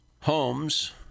Homes